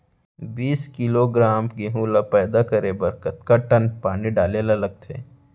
बीस किलोग्राम गेहूँ ल पैदा करे बर कतका टन पानी डाले ल लगथे?